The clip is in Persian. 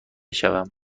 شوم